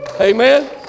Amen